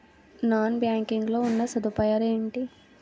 Non banking లో ఉన్నా సదుపాయాలు ఎంటి?